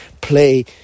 play